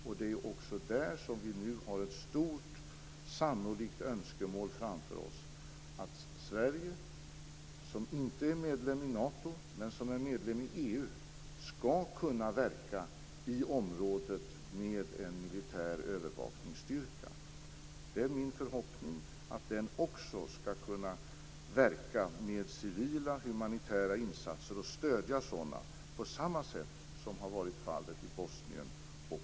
När det gäller detta har vi också ett önskemål om att Sverige, som inte är medlem i Nato men i EU, skall kunna verka i det här området med en militär övervakningsstyrka. Det är min förhoppning att den också skall kunna verka med civila och humanitära insatser och stödja sådana på samma sätt som man har gjort i Tack!